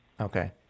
Okay